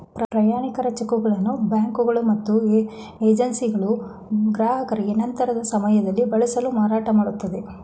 ಪ್ರಯಾಣಿಕರ ಚಿಕ್ಗಳನ್ನು ಬ್ಯಾಂಕುಗಳು ಮತ್ತು ಏಜೆನ್ಸಿಗಳು ಗ್ರಾಹಕರಿಗೆ ನಂತರದ ಸಮಯದಲ್ಲಿ ಬಳಸಲು ಮಾರಾಟಮಾಡುತ್ತದೆ